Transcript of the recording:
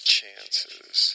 chances